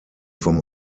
vom